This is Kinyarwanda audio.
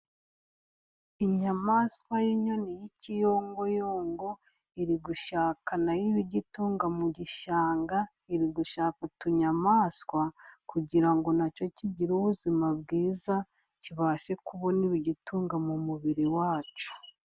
Inyamaswa y'inyoni y'ikiyongoyongo, iri gushakaka nayo ibigitunga mu gishanga, iri gushaka utunyamaswa kugira ngo na cyo kigire ubuzima bwiza, kibashe kubona ibigitunga mu mubiri wa cyo.